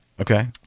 Okay